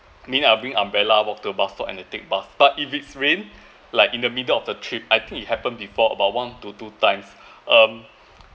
mean I'll bring umbrella walk to the bus stop and I take the bus but if it's rain like in the middle of the trip I think it happened before about one to two times um